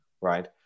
right